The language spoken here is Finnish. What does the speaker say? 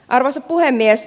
arvoisa puhemies